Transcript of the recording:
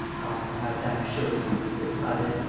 i have that assurance, said prasville,